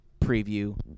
preview